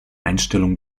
einstellung